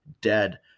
dead